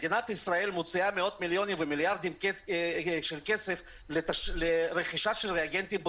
מדינת ישראל מוציאה מאות מיליונים ומיליארדים לרכישת ריאגנטים בחו"ל.